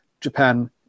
japan